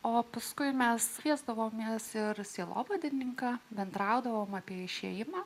o paskui mes kviesdavomės ir sielovadininką bendraudavome apie išėjimą